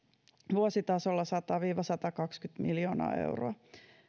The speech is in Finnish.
vuositasolla sata viiva satakaksikymmentä miljoonaa euroa